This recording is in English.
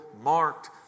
marked